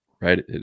right